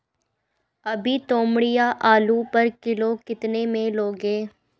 अभी तोमड़िया आलू पर किलो कितने में लोगे?